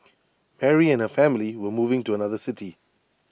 Mary and her family were moving to another city